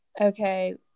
Okay